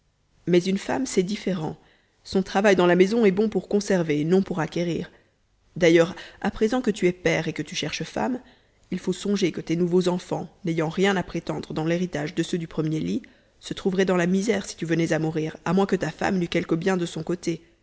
mais une femme c'est différent son travail dans la maison est bon pour conserver non pour acquérir d'ailleurs à présent que tu es père et que tu cherches femme il faut songer que tes nouveaux enfants n'ayant rien à prétendre dans l'héritage de ceux du premier lit se trouveraient dans la misère si tu venais à mourir à moins que ta femme n'eût quelque bien de son côté